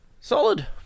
Solid